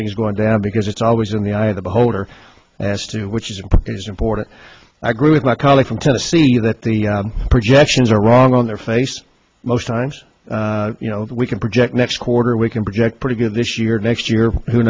things going down because it's always in the eye of the beholder as to which isn't it is important i agree with my colleague from tennessee that the projections are wrong on their face most times you know we can project next quarter we can project pretty good this year next year who